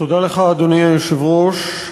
אדוני היושב-ראש,